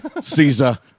Caesar